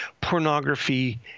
pornography